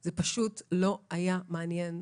זה פשוט לא מעניין,